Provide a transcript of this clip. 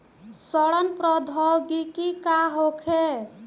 सड़न प्रधौगकी का होखे?